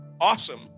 awesome